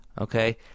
Okay